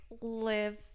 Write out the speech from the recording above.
live